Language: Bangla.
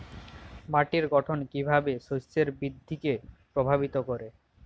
মাটির গঠন কীভাবে শস্যের বৃদ্ধিকে প্রভাবিত করে?